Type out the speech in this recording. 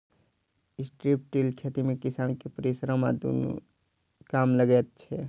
strip till खेती मे किसान के परिश्रम आ धन दुनू कम लगैत छै